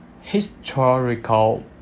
historical